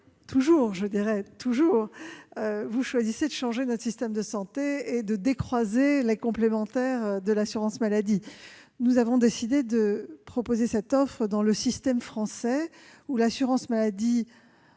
toujours ! -cohérente : vous choisissez de changer notre système de santé et de décroiser les complémentaires de l'assurance maladie. Nous avons décidé de proposer cette offre dans le cadre du système français, dans lequel l'assurance maladie